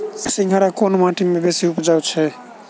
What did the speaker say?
सिंघाड़ा केँ माटि मे बेसी उबजई छै?